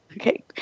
Okay